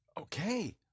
okay